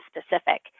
specific